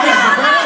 את זוכרת?